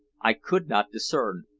i could not discern.